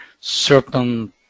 certain